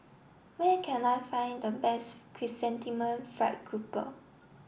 where can I find the best Chrysanthemum Fried Grouper